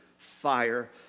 fire